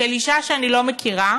של אישה שאני לא מכירה,